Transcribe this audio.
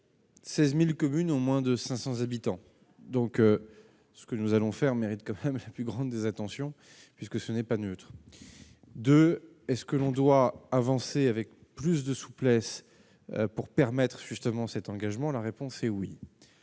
16000 communes ont moins de 500 habitants donc ce que nous allons faire mérite comme sa plus grande des attentions, puisque ce n'est pas neutre de est ce que l'on doit avancer avec plus de souplesse pour permettre justement cet engagement, la réponse est oui,